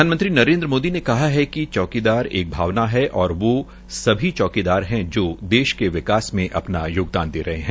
प्रधानमंत्री नरेन्द्र मोदी ने कहा है कि चौकीदार एक भावना है और वो सभी चौकीदार है जो देश के लिये अपना योगदान दे रहे है